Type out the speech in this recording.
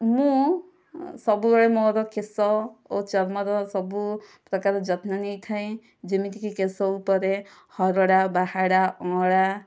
ମୁଁ ସବୁବେଳେ ମୋର କେଶ ଓ ଚର୍ମର ସବୁ ପ୍ରକାରର ଯତ୍ନ ନେଇଥାଏ ଯେମିତିକି କେଶ ଉପରେ ହରଡ଼ା ବାହାଡ଼ା ଅଁଳା